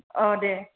औ दे